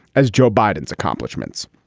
as joe biden's accomplishments.